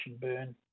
burn